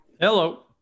Hello